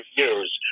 years